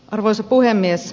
arvoisa puhemies